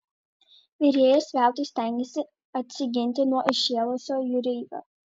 virėjas veltui stengėsi atsiginti nuo įšėlusio jūreivio